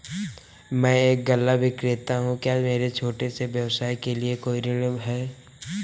मैं एक गल्ला विक्रेता हूँ क्या मेरे छोटे से व्यवसाय के लिए कोई ऋण है?